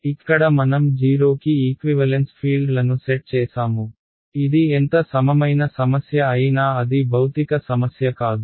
ఇక్కడ మనం 0 కి ఈక్వివలెన్స్ ఫీల్డ్లను సెట్ చేసాము ఇది ఎంత సమమైన సమస్య అయినా అది భౌతిక సమస్య కాదు